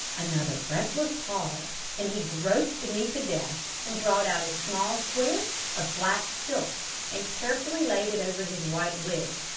another breathless pause and he groped beneath the desk and brought out a small square of black silk and carefully laid it over his white wig.